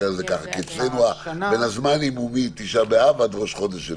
כי אצלנו בין הזמנים הוא מתשעה באב ועד ראש חודש אלול.